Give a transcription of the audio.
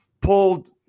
pulled